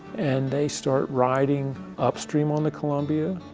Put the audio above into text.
and they start riding upstream on the columbia,